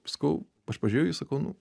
sakau aš pažiūrėjau į jį sakau nu